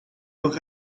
nog